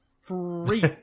free